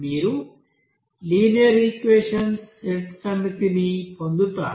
మీరు linear equations సమితిని పొందుతారు